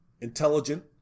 intelligent